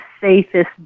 safest